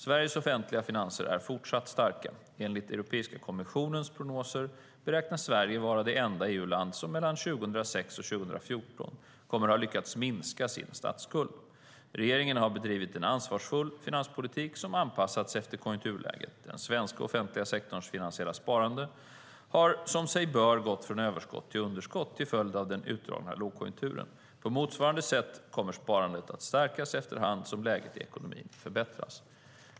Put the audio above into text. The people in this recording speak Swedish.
Sveriges offentliga finanser är fortsatt starka. Enligt Europeiska kommissionens prognoser beräknas Sverige vara det enda EU-land som mellan 2006 och 2014 kommer att ha lyckats minska sin statsskuld. Regeringen har bedrivit en ansvarsfull finanspolitik som anpassats efter konjunkturläget. Den svenska offentliga sektorns finansiella sparande har, som sig bör, gått från överskott till underskott till följd av den utdragna lågkonjunkturen. På motsvarande sätt kommer sparandet att stärkas efter hand som läget i ekonomin förbättras.